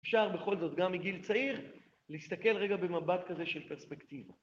אפשר בכל זאת, גם מגיל צעיר, להסתכל רגע במבט כזה של פרספקטיבה.